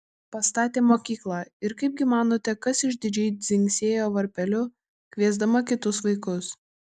pastatė mokyklą ir kaipgi manote kas išdidžiai dzingsėjo varpeliu kviesdama kitus vaikus